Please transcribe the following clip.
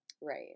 Right